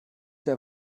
der